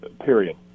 Period